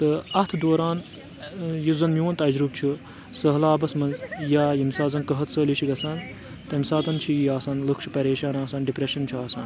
تہٕ اَتھ دوران یُس زَن میون تجرُبہٕ چھُ سہلابَس منٛز یا ییٚمہِ ساتہٕ زَن قہت سٲلی چھِ گژھان تمہِ ساتَن چھِ یہِ آسان لُکھ چھِ پریشان آسان ڈِپرٛیشَن چھُ آسان